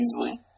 easily